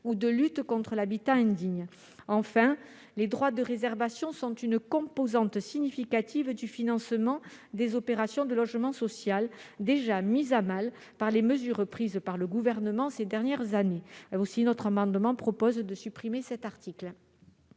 ou de lutte contre l'habitat indigne. Enfin, les droits de réservation sont une composante significative du financement des opérations de logement social, déjà mis à mal par les mesures prises par le Gouvernement ces dernières années. Aussi notre amendement propose-t-il de supprimer cet article.